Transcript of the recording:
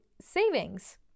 savings